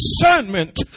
discernment